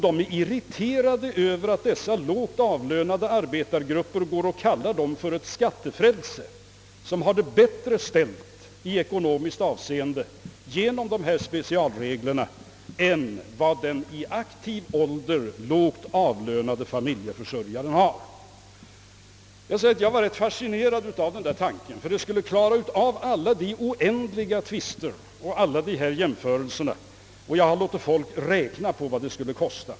De är irriterade över att dessa grupper kallar dem för ett skattefrälse som har det bättre ställt ekonomiskt genom dessa specialregler än vad den i aktiv ålder lågt avlönade familjeförsörjaren har.» Jag nämner att jag varit fascinerad av denna tanke, eftersom den skulle klara av alla de oändliga tvisterna och jämförelserna på detta område. Jag har låtit räkna på vad det skulle kosta.